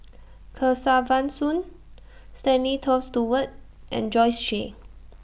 Kesavan Soon Stanley Toft Stewart and Joyce She